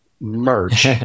merch